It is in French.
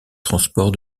transport